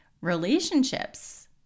relationships